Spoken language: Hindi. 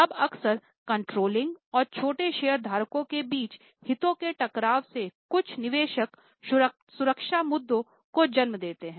अब अक्सर कंट्रोलिंग और छोटे शेयरधारकों के बीच हितों के टकराव से कुछ निवेशक सुरक्षा मुद्दों को जन्म देते हैं